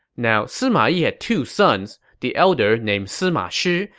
now sima yi had two sons, the elder named sima shi,